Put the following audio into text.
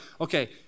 okay